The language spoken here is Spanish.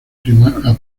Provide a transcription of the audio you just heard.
primera